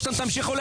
מי נמנע?